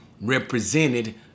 represented